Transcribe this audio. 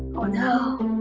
oh no!